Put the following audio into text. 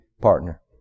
partner